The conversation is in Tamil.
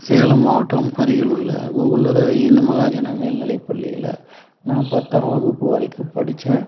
சேலம் மாவட்டம் அரியலூர்ல கோகுல் இந்து மகாஜன மேல்நிலை பள்ளியில் நான் பத்தாம் வகுப்பு வரைக்கும் படிச்சேன்